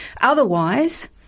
Otherwise